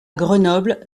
grenoble